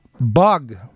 bug